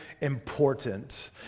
important